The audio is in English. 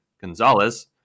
Gonzalez